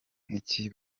nk’iki